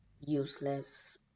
useless